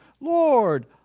Lord